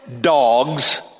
dogs